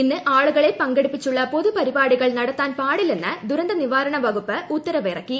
ഇന്ന് ആളുകളെ പങ്കെടുപ്പിച്ചുള്ള പൊതുപരിപാടികൾ നടത്താൻ പാടില്ലെന്ന് ദുരന്ത നിവാരണ വകുപ്പ് ഉത്തരവിറക്കി